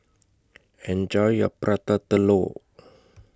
Enjoy your Prata Telur